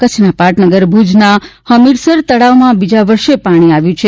કચ્છના પાટનગર ભુજના હમીરસર તળાવમાં બીજા વર્ષે પાણી આવ્યું છે